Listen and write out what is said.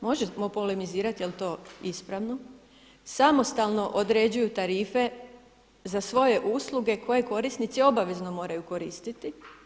Možemo polemizirati jel' to ispravno samostalno određuju tarife za svoje usluge koje korisnici obavezno moraju koristiti.